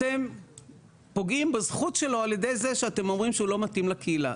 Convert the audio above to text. אתם פוגעים בזכות שלו על ידי זה שאתם אומרים שהוא לא מתאים לקהילה.